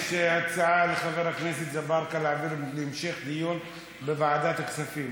יש הצעה לחבר הכנסת אזברגה להעביר את זה להמשך דיון בוועדת הכספים,